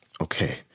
Okay